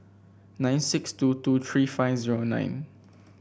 nine six two two three five zero nine